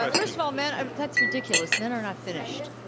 ah first of all, men that's ridiculous, men are not finished.